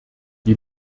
die